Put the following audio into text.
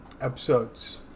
episodes